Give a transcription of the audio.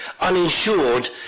uninsured